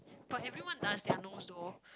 but everyone does their nose though